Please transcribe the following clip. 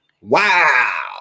Wow